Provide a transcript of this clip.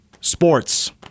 Sports